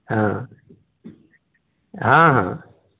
हाँ हाँ हाँ